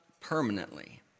permanently